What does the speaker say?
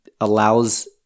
allows